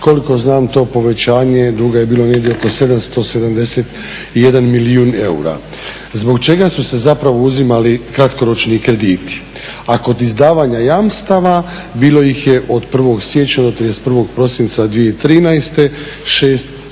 Koliko znam to povećanje duga je bilo negdje oko 771 milijuna eura, zbog čega su se zapravo uzimali kratkoročni krediti. A kod izdavanja jamstava bilo ih je od 1. siječnja do 31. prosinca 2013. 6